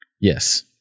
Yes